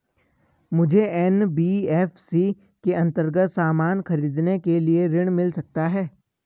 मुझे एन.बी.एफ.सी के अन्तर्गत सामान खरीदने के लिए ऋण मिल सकता है?